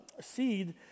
seed